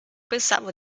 pensavo